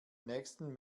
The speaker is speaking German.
nächsten